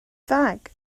fag